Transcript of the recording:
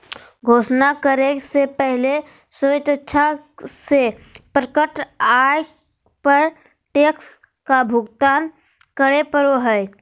घोषणा करे से पहले स्वेच्छा से प्रकट आय पर टैक्स का भुगतान करे पड़ो हइ